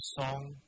song